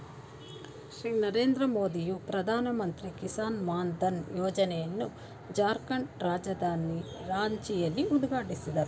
ಶ್ರೀ ನರೇಂದ್ರ ಮೋದಿಯು ಪ್ರಧಾನಮಂತ್ರಿ ಕಿಸಾನ್ ಮಾನ್ ಧನ್ ಯೋಜನೆಯನ್ನು ಜಾರ್ಖಂಡ್ ರಾಜಧಾನಿ ರಾಂಚಿಯಲ್ಲಿ ಉದ್ಘಾಟಿಸಿದರು